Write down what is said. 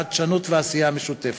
חדשנות ועשייה משותפת.